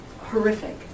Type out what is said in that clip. horrific